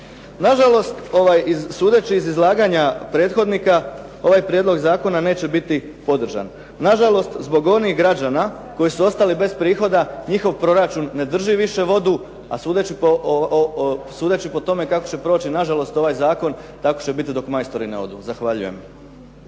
Nažalost, sudeći iz izlaganja prethodnika ovaj prijedlog zakona neće biti podržan. Nažalost, zbog onih građana koji su ostali bez prihoda njihov proračun ne drži više vodu a sudeći po tome kako će proći nažalost ovaj zakon tako će biti dok majstori ne odu. Zahvaljujem.